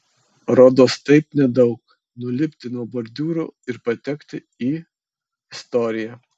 rodos taip nedaug nulipti nuo bordiūro ir patekti į istoriją